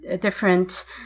different